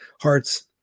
hearts